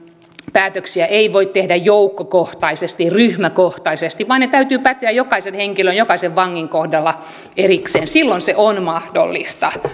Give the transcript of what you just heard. päätöksiä ei voi tehdä joukkokohtaisesti ryhmäkohtaisesti vaan ne täytyy päättää jokaisen henkilön jokaisen vangin kohdalla erikseen silloin se on mahdollista